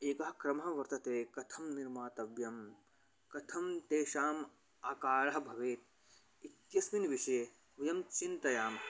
एकः क्रमः वर्तते कथं निर्मातव्यं कथं तेषाम् आकारः भवेत् इत्त्यस्मिन् विषये वयं चिन्तयामः